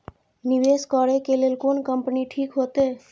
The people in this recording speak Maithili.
निवेश करे के लेल कोन कंपनी ठीक होते?